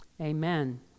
amen